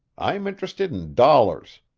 i'm interested in dollars.